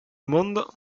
mondo